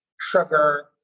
sugar